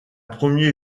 premier